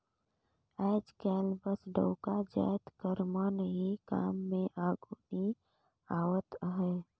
आएज काएल बस डउका जाएत कर मन ही काम में आघु नी आवत अहें